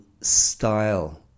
style